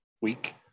week